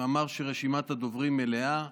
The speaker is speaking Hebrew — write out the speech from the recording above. אמר שרשימת הדוברים מלאה.